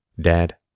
Dad